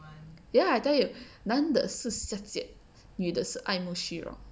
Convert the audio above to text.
ya I tell you 男的下借女的是爱慕虚荣